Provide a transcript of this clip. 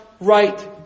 right